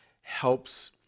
helps